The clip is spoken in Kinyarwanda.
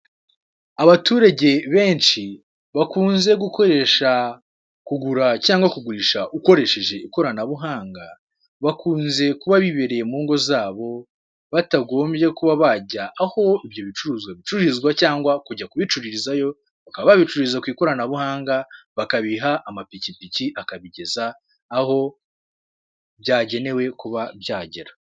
Abaturage benshi bakunze gukoresha, kugura cyangwa kugurisha ukoresheje ikoranabuhanga, bakunze kuba bibereye mu ngo zabo batagombye kuba bajya aho ibyo bicuruzwa bicururizwa cyangwa kujya kubicururizayo bakaba babicuruza ku ikoranabuhanga bakabiha amapikipiki akabigeza aho byagenewe kuba byagera.